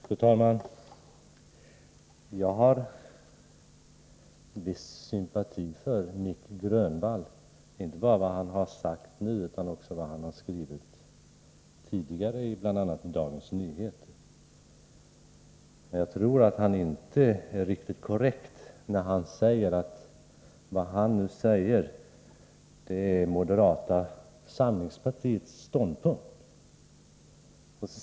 Fru talman! Jag har en viss sympati för Nic Grönvall, inte bara för vad han har sagt nu utan också för vad han har skrivit i bl.a. Dagens Nyheter. Men jag tror att det inte är riktigt korrekt när han säger att vad han nu uttalat är moderata samlingspartiets ståndpunkt.